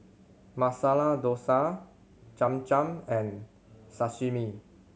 Masala Dosa Cham Cham and Sashimi